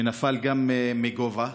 שנפל גם הוא מגובה.